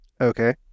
Okay